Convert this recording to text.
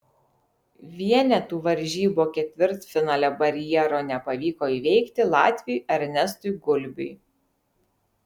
vienetų varžybų ketvirtfinalio barjero nepavyko įveikti latviui ernestui gulbiui